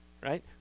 Right